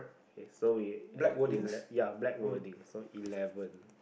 okay so we have eleven ya black wording so eleven